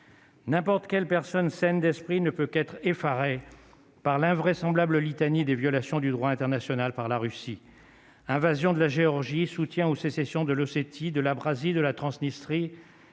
N'importe quelle personne saine d'esprit ne peut qu'être effaré par l'invraisemblable litanie des violations du droit international par la Russie, invasion de la Géorgie, soutien aux sécession de l'Ossétie de la brasier de la Transnistrie